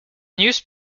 news